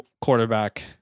quarterback